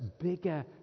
bigger